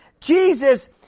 Jesus